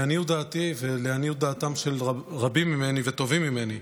לעניות דעתי ולעניות דעתם של רבים ממני וטובים ממני,